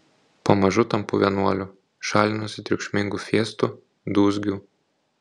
pamažu tampu vienuoliu šalinuosi triukšmingų fiestų dūzgių